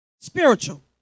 Spiritual